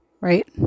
right